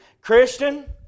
Christian